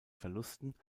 verlusten